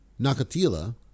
Nakatila